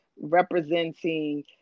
representing